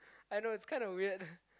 I know it's kind of weird